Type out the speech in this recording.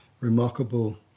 remarkable